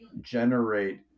generate